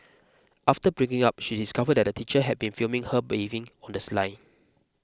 after breaking up she discovered that the teacher had been filming her bathing on the sly